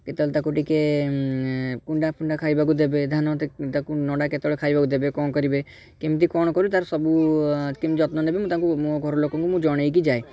କେତେବେଳେ ତାକୁ ଟିକେ କୁଣ୍ଡା ଫୁଣ୍ଡା ଖାଇବାକୁ ଦେବେ ଧାନ ତାକ ତାକୁ ନଡ଼ା କେତେବେଳେ ଖାଇବାକୁ ଦେବେ କ'ଣ କରିବେ କେମିତି କ'ଣ କରି ତା'ର ସବୁ କେମିତି ଯତ୍ନ ନେବେ ମୁଁ ତାଙ୍କୁ ମୋ ଘର ଲୋକଙ୍କୁ ମୁଁ ଜଣାଇକି ଯାଏ